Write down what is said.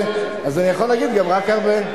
אז אני יכול להגיד גם רק הרבה.